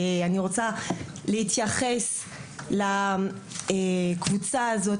אני רוצה להתייחס לקבוצה הזאת,